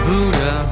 Buddha